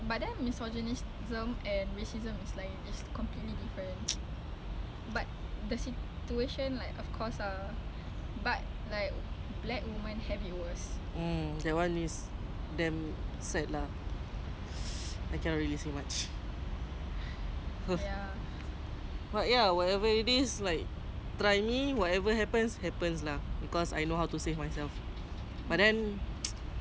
I can't really say much but ya whatever it is like try me whatever happens happens lah because I know how to save myself but then we see how it goes lah who knows things change we don't know but like I can just be brave that's what I can do I just ya put my mind into him